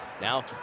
Now